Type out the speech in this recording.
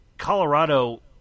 Colorado